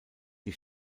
die